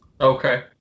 Okay